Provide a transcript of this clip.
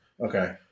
Okay